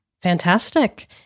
Fantastic